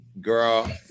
girl